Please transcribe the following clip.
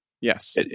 Yes